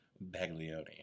Baglioni